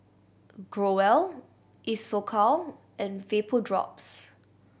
Growell Isocal and Vapodrops